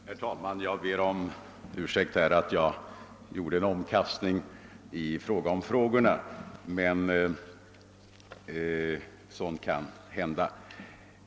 Herr talman! Jag ber om ursäkt för att jag gjorde en omkastning av frågorna, men sådant kan hända.